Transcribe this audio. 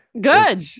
good